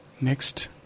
next